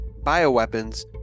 Bioweapons